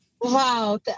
Wow